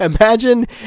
Imagine